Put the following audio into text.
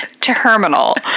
Terminal